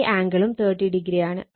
ഈ ആംഗിളും 30o ആണ്